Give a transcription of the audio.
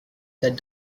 that